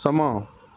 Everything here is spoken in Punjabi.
ਸਮਾਂ